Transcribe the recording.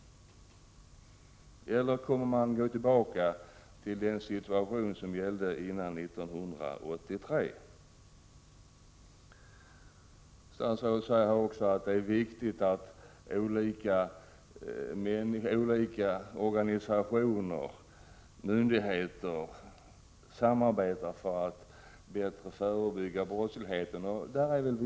Kommer man att gå tillbaka till den situation som gällde före 1983? Statsrådet säger vidare att det är viktigt att olika organisationer och myndigheter samarbetar för att bättre förebygga brottsligheten.